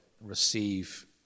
receive